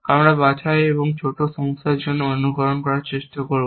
আমরা বাছাই এই ছোট সমস্যার জন্য অনুকরণ করার চেষ্টা করব